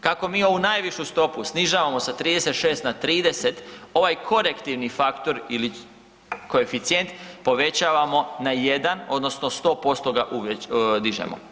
Kako mi ovu najvišu stopu snižavamo sa 36 na 30, ovaj korektivni faktor ili koeficijent povećavamo na 1 odnosno 100% ga .../nerazumljivo/... dižemo.